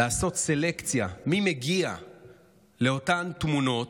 לעשות סלקציה מי מגיע לאותן תמונות,